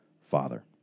Father